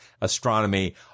astronomy